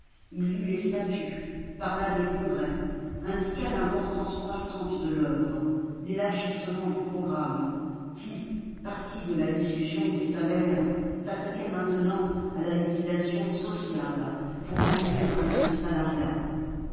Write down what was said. il lut les statuts parla des congrès indiqua l'importance croissante de l'oeuvre l'élargissement du programme qui parti de la discussion des salaires s'attaquait maintenant à la liquidation sociale pour en finir avec le salariat